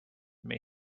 may